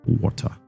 water